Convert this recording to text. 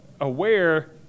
aware